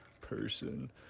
person